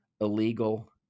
illegal